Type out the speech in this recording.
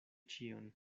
ĉion